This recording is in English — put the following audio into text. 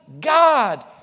God